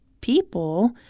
people